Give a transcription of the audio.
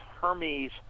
Hermes